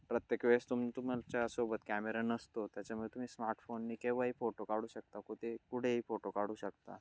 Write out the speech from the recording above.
प्रत्येक वेळेस तुम तुमच्यासोबत कॅमेरा नसतो त्याच्यामुळे तुम्ही स्मार्टफोनने केव्हाही फोटो काढू शकता कुठे कुठेही फोटो काढू शकता